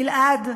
גיל-עד,